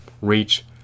reach